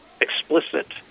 explicit